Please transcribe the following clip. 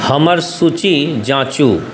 हमर सूची जाँचू